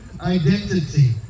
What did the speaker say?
identity